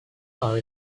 are